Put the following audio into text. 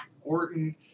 Orton